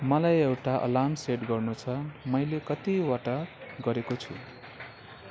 मलाई एउटा alarm set गर्नु छ मैले कतिवटा गरेको छु